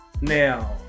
Now